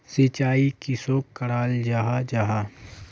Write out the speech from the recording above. सिंचाई किसोक कराल जाहा जाहा?